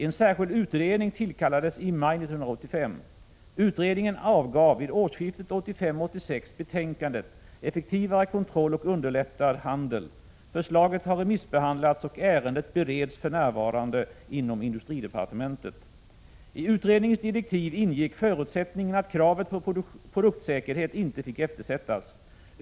En särskild utredning tillkallades i maj 1985. Utredningen avgav vid årsskiftet 1985/86 betänkandet ”Effektivare kontroll och underlättad handel”. Förslaget har remissbehandlats, och ärendet bereds för närvarande inom industridepartementet. I utredningens direktiv ingick förutsättningen att kravet på produktsäkerhet inte fick eftersättas.